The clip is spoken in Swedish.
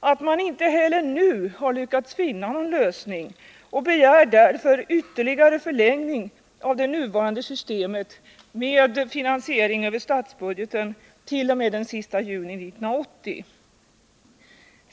att man inte heller nu lyckats finna någon lösning och begär därför en ytterligare förlängning av det nuvarande systemet med finansiering över statsbudgeten t.o.m. den sista juni 1980.